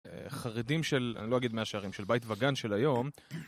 חרדים של, אני לא אגיד מאה שערים, של בית וגן של היום